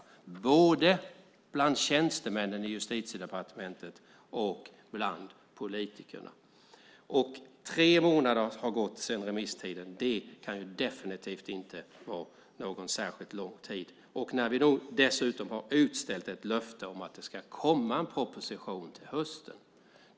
Det gäller både bland tjänstemännen på Justitiedepartementet och bland politikerna. Tre månader har gått sedan remisstiden gått ut. Det kan definitivt inte vara någon särskilt lång tid. Vi har dessutom utställt ett löfte om att det ska komma en proposition till hösten.